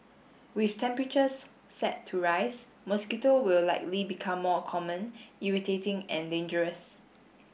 with temperatures set to rise mosquito will likely become more common irritating and dangerous